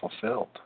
fulfilled